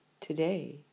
today